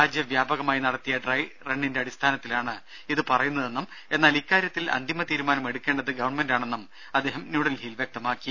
രാജ്യവ്യാപകമായി നടത്തിയ ഡ്രൈറണ്ണിന്റെ അടിസ്ഥാനത്തിലാണ് ഇത് പറയുന്നതെന്നും എന്നാൽ ഇക്കാര്യത്തിൽ അന്തിമ തീരുമാനം എടുക്കേണ്ടത് ഗവൺമെന്റാണെന്നും അദ്ദേഹം ന്യൂഡൽഹിയിൽ വ്യക്തമാക്കി